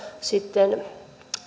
sitten